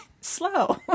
Slow